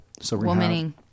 Womaning